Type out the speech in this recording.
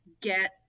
get